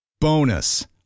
Bonus